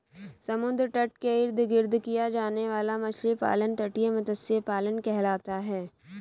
समुद्र तट के इर्द गिर्द किया जाने वाला मछली पालन तटीय मत्स्य पालन कहलाता है